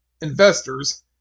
investors